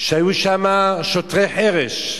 שהיו שם שוטרי חרש,